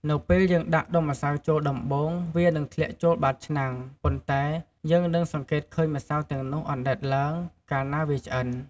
នៅពេលយើងដាក់ដុំម្សៅចូលដំបូង វានឹងធ្លាក់ចូលបាតឆ្នាំង ប៉ុន្តែ យើងនឹងសង្កេតឃើញម្សៅទាំងនោះអណ្តែតឡើង កាលណាវាឆ្អិន។